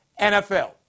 NFL